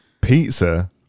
pizza